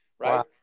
right